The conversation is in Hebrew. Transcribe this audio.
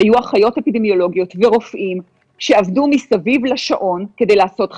היו האחיות האפידמיולוגיות ורופאים שעבדו מסביב לשעון כדי לעשות חקירות.